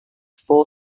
four